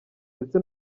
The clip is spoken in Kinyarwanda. ndetse